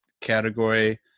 category